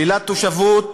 שלילת תושבות